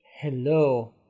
Hello